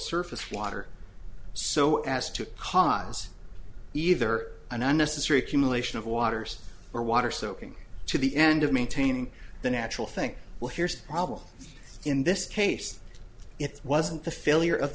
surface water so as to cause either an unnecessary accumulation of waters or water soaking to the end of maintaining the natural thing well here's the problem in this case it wasn't the failure of